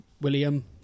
William